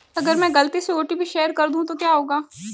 अगर मैं गलती से ओ.टी.पी शेयर कर दूं तो क्या होगा?